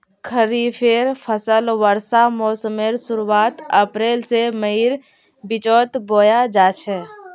खरिफेर फसल वर्षा मोसमेर शुरुआत अप्रैल से मईर बिचोत बोया जाछे